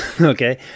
Okay